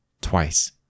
twice